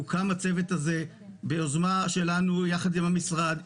הוקם הצוות הזה ביוזמה שלנו יחד עם המשרד,